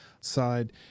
side